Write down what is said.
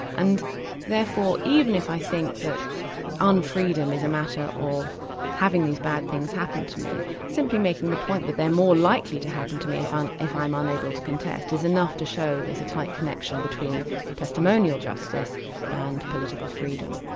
and therefore even if i think that un-freedom is a matter of having these bad things happen to me, simply making the point that they're more likely to happen to me if i'm unable to contest, is enough to show there's a tight connection between testimonial justice and political freedom.